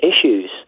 issues